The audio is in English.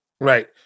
right